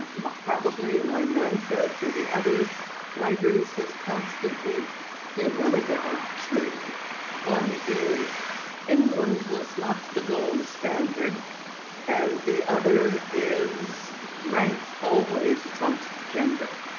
probably my mantra to the other writers has constantly been really there are two one is england was not the gold standard and the other is rank always trump's gender.